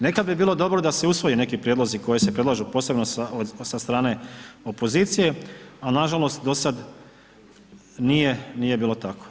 Nekad bi bilo dobro da se usvoji neki prijedlozi koji se predlažu posebno sa strane opozicije a nažalost do sad nije bilo tako.